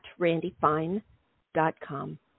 randyfine.com